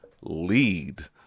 lead